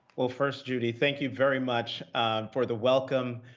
well, first, judy, thank you very much for the welcome.